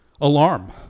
Alarm